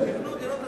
שיבנו דירות להשכרה.